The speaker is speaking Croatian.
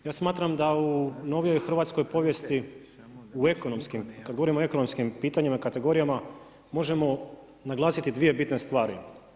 Ja smatram da u novijoj hrvatskoj povijesti u ekonomskim, kada govorim o ekonomskim pitanjima i kategorijama možemo naglasiti dvije bitne stvari.